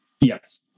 yes